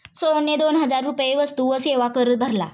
सोहनने दोन हजार रुपये वस्तू व सेवा कर भरला